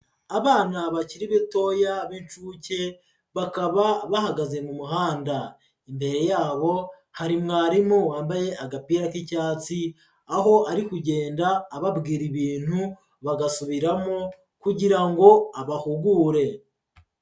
Abana bakiri batoya b'incuke bakaba bahagaze mu muhanda, imbere yabo hari mwarimu wambaye agapira k'icyatsi, aho ari kugenda ababwira ibintu bagasubiramo kugira ngo abahugure.